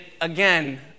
again